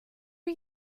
are